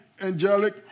angelic